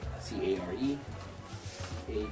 C-A-R-E